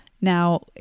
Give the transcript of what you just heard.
now